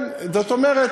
זאת אומרת,